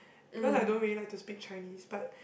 because I don't really like to speak Chinese but